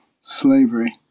slavery